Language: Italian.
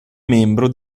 membro